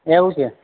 એવું છે